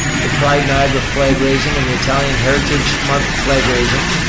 the pride niagara flag raising, and the italian heritage month flag raising.